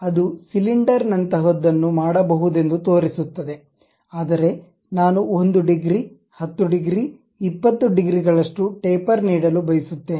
ಅದು ಸಿಲಿಂಡರ್ ನಂತಹದನ್ನು ಮಾಡಬಹುದೆಂದು ತೋರಿಸುತ್ತದೆ ಆದರೆ ನಾನು 1 ಡಿಗ್ರಿ 10 ಡಿಗ್ರಿ 20 ಡಿಗ್ರಿಗಳಷ್ಟು ಟೇಪರ್ ನೀಡಲು ಬಯಸುತ್ತೇನೆ